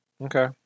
Okay